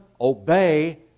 obey